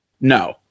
No